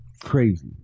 Crazy